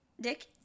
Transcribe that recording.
Dick